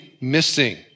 missing